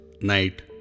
night